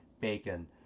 bacon